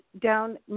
down